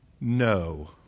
No